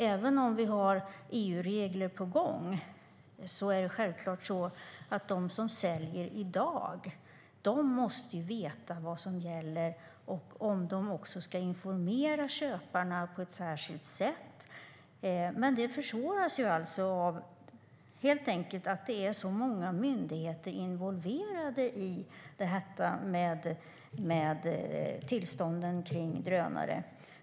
Även om det finns EU-regler på gång måste självklart de som säljer i dag veta vad som gäller, om de ska informera köparna på ett särskilt sätt. Det försvåras helt enkelt av att det är så många myndigheter involverade i fråga om tillstånden för drönare.